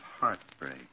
heartbreak